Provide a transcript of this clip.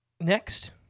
next